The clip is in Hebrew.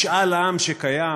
משאל עם שקיים,